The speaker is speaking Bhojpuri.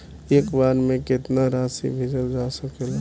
एक बार में केतना राशि भेजल जा सकेला?